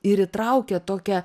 ir įtraukia tokią